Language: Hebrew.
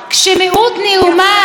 כשמיעוט נרמס,